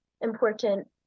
important